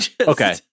okay